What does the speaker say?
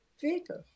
vehicle